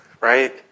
right